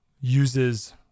uses